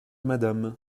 madame